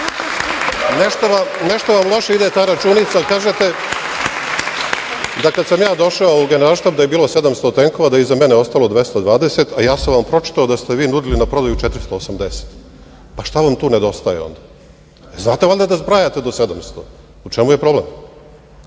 vašeg. Nešto vam loše ide ta računica. Kažete da kada sam ja došao u Generalštab da je bilo 700 tenkova, da je iza mene ostalo 220, a ja sam vam pročitao da ste vi nudili na prodaju 480. Šta vam tu nedostaje? Da li znate da brojite do 700? u čemu je problem?